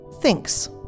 Thinks